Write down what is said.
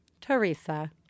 Teresa